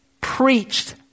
preached